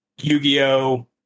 Yu-Gi-Oh